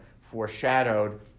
foreshadowed